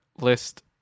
list